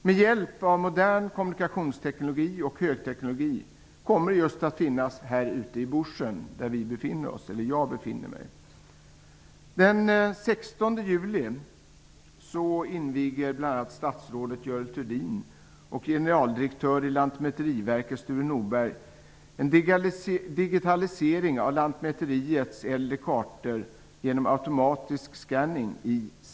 Med hjälp av modern kommunikationsteknologi och högteknologi kommer de att finnas ute i bushen, där jag befinner mig. Den 16 juli inviger bl.a. statsrådet Görel Thurdin och generaldirektör i Lantmäteriverket Sture Telestuga.